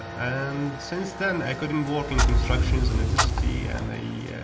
and since then, i couldn't work in construction and electricity, and the yeah